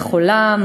מחולה,